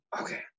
Okay